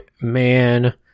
man